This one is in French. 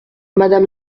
madame